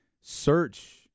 search